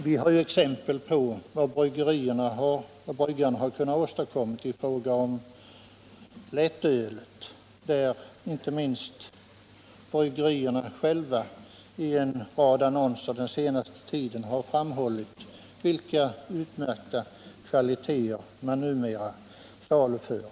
Vi har ju exempel på vad bryggarna har kunnat åstadkomma i fråga om lättölet, där inte minst bryggerierna själva i en rad annonser den senaste tiden har framhållit vilka utmärkta kvaliteter man numera saluför.